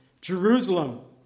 Jerusalem